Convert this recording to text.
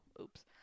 Oops